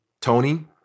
Tony